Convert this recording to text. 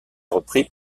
repris